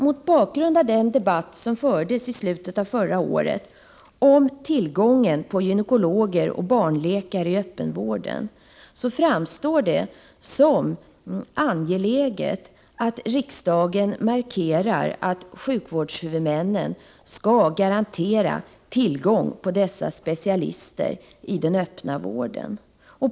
Mot bakgrund av den debatt som fördes i slutet av förra året om tillgången på gynekologer och barnläkare i öppenvården framstår det som angeläget att riksdagen markerar att sjukvårdshuvudmännen skall garantera tillgång på dessa specialister i den öppna vården.